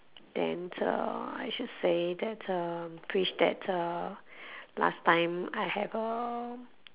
then uh I should say that um preach that uh last time I have uh